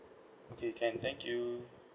okay can thank you